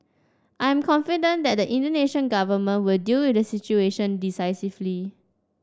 I am confident the Indonesian Government will deal with the situation decisively